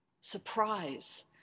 Surprise